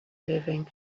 living